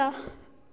कुत्ता